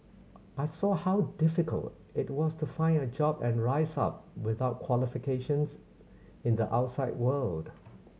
I saw how difficult it was to find a job and rise up without qualifications in the outside world